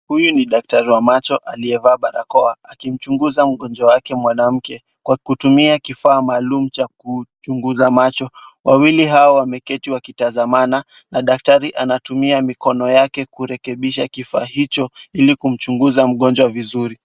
Huyu ni daktari wa macho aliyevaa barakoa, akimchunguza mgonjwa wake mwanamke, kwa kutumia kifaa maalum cha kuchunguza macho. Wawili hawa wameketi wakitazamana na daktari anatumia mikono yake kurekebisha kifaa hicho, ili kumchunguza mgonjwa vizuri.